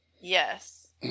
Yes